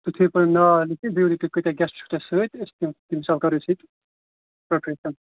تُہۍ تھٲوِو پَنُن ناو لیٖکھِتھ بیٚیہِ ؤنِو تُہۍ کٲتیٛاہ گیٚسٹٕس چھِو تۅہہِ سٍتۍ أسۍ دِمو تَمہِ حِساب کَرہو أسۍ ییٚتہِ برٛونٛٹھٕ کنہِ کتھ